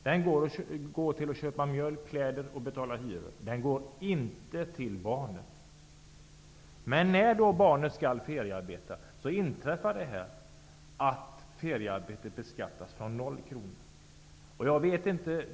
Den används till att köpa mjölk och kläder och till att betala hyran. Den går inte till barnet. När barnet skall feriearbeta beskattas inkomsten från noll kronor.